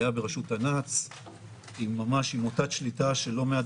היה בראשות תנ"צ עם מוטת שליטה של לא מעט